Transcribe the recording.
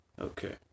Okay